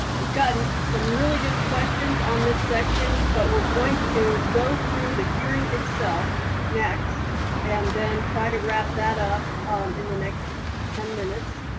we've gotten in some really good questions on this section, but we're going to go through the hearing itself next and then try to wrap that up in the next ten minutes,